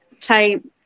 type